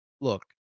look